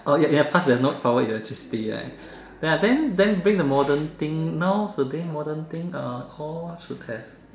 oh ya ya pass that note forward electricity right ya then then bring the modern thing now today modern thing uh all should have